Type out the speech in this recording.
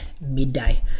midday